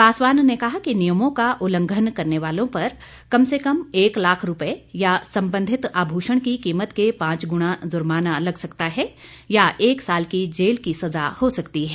पासवान ने कहा नियमों का उल्लंघन करने वालों पर कम से कम एक लाख रुपए या सम्बंधित आभूषण की कीमत के पांच गुना ज़र्माना लग सकता है या एक साल की जेल की सजा हो सकती है